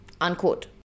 unquote